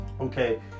Okay